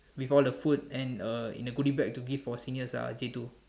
with all the food and uh in the goody bag to give for seniors ah J two